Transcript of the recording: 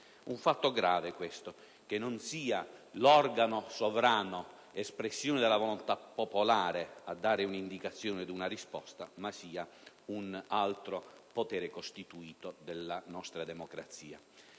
Un fatto grave, questo, che non sia l'organo sovrano espressione della volontà popolare a dare un'indicazione e una risposta, ma sia un altro potere costituito della nostra democrazia.